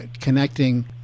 connecting